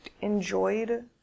enjoyed